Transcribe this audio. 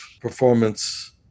performance